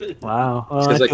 wow